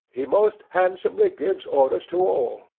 he most handsomely gives orders to all.